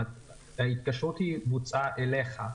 אבל ההתקשרות בוצעה אליך,